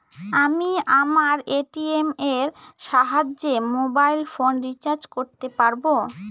আমি আমার এ.টি.এম এর সাহায্যে মোবাইল ফোন রিচার্জ করতে পারব?